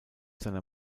seiner